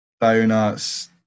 donuts